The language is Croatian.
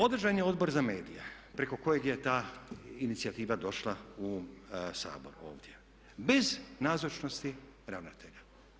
Održan je Odbor za medije preko kojeg je ta inicijativa došla u Sabor ovdje bez nazočnosti ravnatelja.